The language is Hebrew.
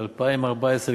ב-2014,